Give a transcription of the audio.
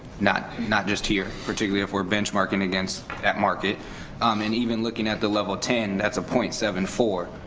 not not just here particularly, if we're benchmarking against that market um and even looking at the level ten that's a zero point seven four,